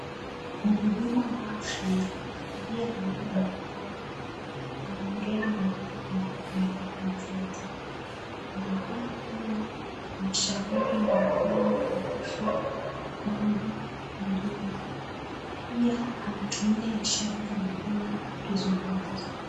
Mhudumu wa afya aliyevaa barakoa anaongea na mama ambaye amebeba mtoto. Anaonekana kuwa anashauri mama huyu kuhusu mambo ingine. Pia, anatumia ishara za mkono akizungumza.